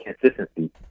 consistency